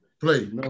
play